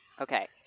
Okay